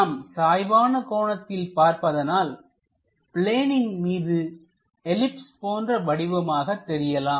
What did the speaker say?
நாம் சாய்வான கோணத்தில் பார்ப்பதனால் பிளேனின் மீது எல்லிப்ஸ் போன்ற வடிவமாக தெரியலாம்